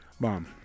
bomb